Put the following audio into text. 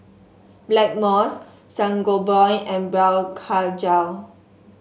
Blackmores Sangobion and Blephagel